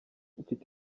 mfite